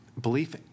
belief